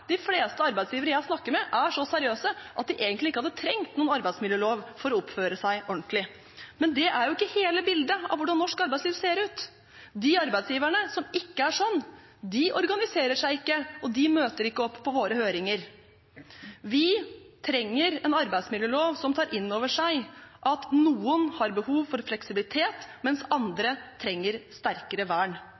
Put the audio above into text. de fleste arbeidsgivere jeg snakker med, er så seriøse at de egentlig ikke hadde trengt noen arbeidsmiljølov for å oppføre seg ordentlig, men det er jo ikke hele bildet av hvordan norsk arbeidsliv ser ut. De arbeidsgiverne som ikke er sånn, organiserer seg ikke og møter ikke opp på våre høringer. Vi trenger en arbeidsmiljølov som tar innover seg at noen har behov for fleksibilitet, mens andre trenger sterkere vern